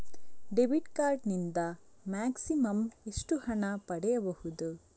Debit card ನಿಂದ maximum ಎಷ್ಟು ಹಣ ಪಡೆಯಬಹುದು?